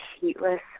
heatless